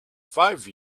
five